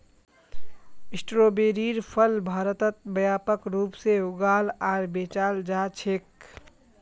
स्ट्रोबेरीर फल भारतत व्यापक रूप से उगाल आर बेचाल जा छेक